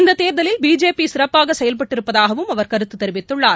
இந்த தேர்தலில் பிஜேபி சிறப்பாக செயல்பட்டிருப்பதாகவும் அவர் கருத்து தெரிவித்துள்ளார்